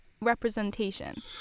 representation